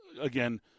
Again